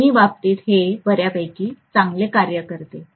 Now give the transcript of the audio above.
दोन्ही बाबतीत हे बर्यापैकी चांगले कार्य करेल